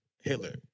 Hitler